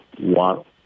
want